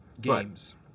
Games